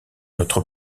notre